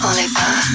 Oliver